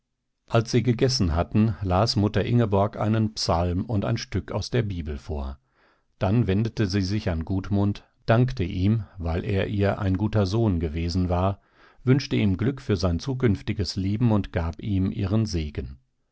als sie gegessen hatten las mutter ingeborg einen psalm und ein stück aus der bibel vor dann wendete sie sich an gudmund dankte ihm weil er ihr ein guter sohn gewesen war wünschte ihm glück für sein zukünftiges leben und gab ihm ihren segen